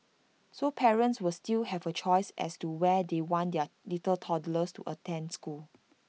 so parents will still have A choice as to where they want their little toddlers to attend school